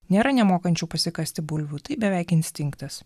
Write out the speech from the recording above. nėra nemokančių pasikasti bulvių tai beveik instinktas